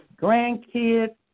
grandkids